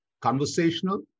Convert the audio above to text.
conversational